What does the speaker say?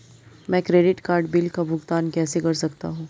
मैं credit card bill का भुगतान कैसे कर सकता हूं?